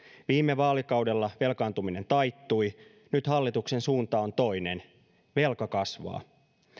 viime vaalikaudella velkaantuminen taittui nyt hallituksen suunta on toinen velka kasvaa